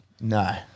No